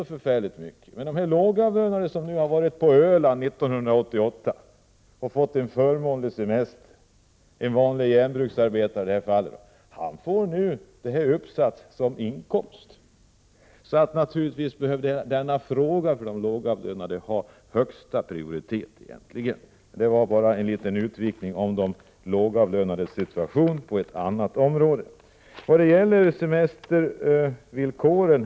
Men för en lågavlönad järnbruksarbetare, som det gäller i detta fall, som 1988 vistats i en semesterby på Öland och där fått en semester till ett förmånligt pris får nu ta upp denna förmån som inkomst. Att lösa denna fråga för de lågavlönade borde ha högsta prioritet. Detta var en liten utvikning i fråga om de lågavlönades situation på ett annat område än det vi nu diskuterar.